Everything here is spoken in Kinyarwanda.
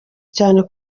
cyane